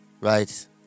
right